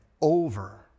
over